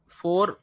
four